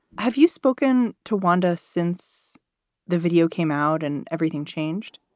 have you spoken to wanda since the video came out and everything changed?